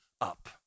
up